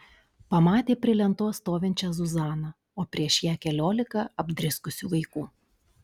pamatė prie lentos stovinčią zuzaną o prieš ją keliolika apdriskusių vaikų